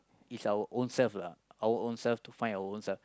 is our ownself lah our ownself to find our ownself